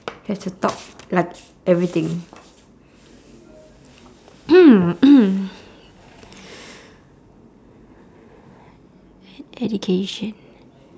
have to talk like everything education